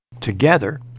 Together